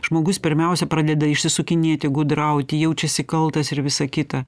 žmogus pirmiausia pradeda išsisukinėti gudrauti jaučiasi kaltas ir visa kita